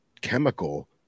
chemical